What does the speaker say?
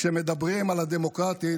כשמדברים על ה"דמוקרטית",